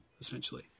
essentially